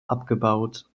abgebaut